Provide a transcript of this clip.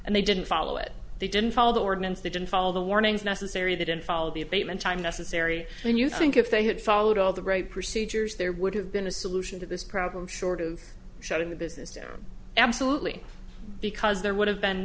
and they didn't follow it they didn't follow the ordinance they didn't follow the warnings necessary that in follow the abatement time necessary when you think if they had followed all the right procedures there would have been a solution to this problem short of shutting the business to absolutely because there would have been